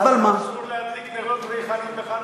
אסור להדליק נרות ריחניים בחנוכה.